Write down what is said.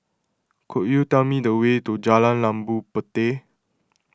could you tell me the way to Jalan Labu Puteh